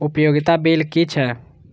उपयोगिता बिल कि छै?